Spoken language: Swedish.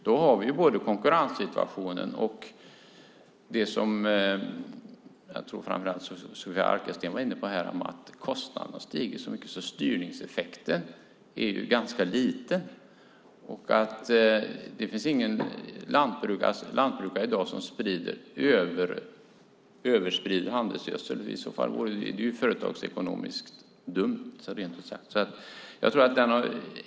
Då har vi både konkurrenssituationen och det som framför allt Sofia Arkelsten var inne på - att kostnaderna stiger så mycket att styrningseffekten blir liten. Det finns ingen lantbrukare i dag som översprider handelsgödsel. Det vore företagsekonomiskt dumt.